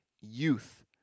youth